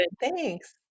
Thanks